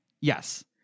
Yes